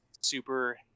super